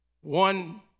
One